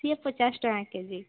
ସିଏ ପଚାଶ ଟଙ୍କା କେଜି